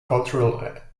cultural